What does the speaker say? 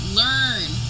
learn